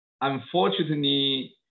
Unfortunately